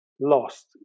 lost